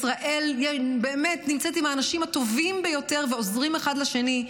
ישראל באמת נמצאת עם האנשים הטובים ביותר ועוזרים אחד לשני.